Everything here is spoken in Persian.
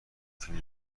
فیلم